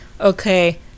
okay